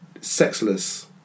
Sexless